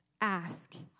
Ask